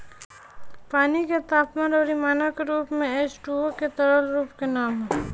पानी के तापमान अउरी मानक रूप में एचटूओ के तरल रूप के नाम ह